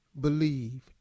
believe